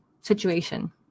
situation